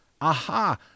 Aha